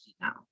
now